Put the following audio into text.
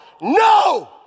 no